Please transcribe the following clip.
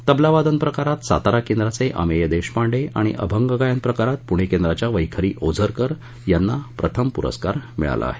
तबला वादन प्रकारात सातारा केंद्राचे अमेय देशपांडे आणि अभंग गायन प्रकारात पुणे केंद्राच्या वखिरी ओझरकर यांना प्रथम पुरस्कार मिळाला आहे